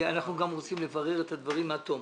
אנחנו גם רוצים לברר את הדברים עד תום